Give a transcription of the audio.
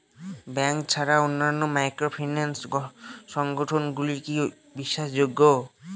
Bank ছাড়া অন্যান্য microfinance সংগঠন গুলি কি বিশ্বাসযোগ্য?